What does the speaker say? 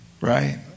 right